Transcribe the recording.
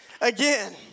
again